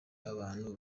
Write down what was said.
abantu